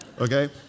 okay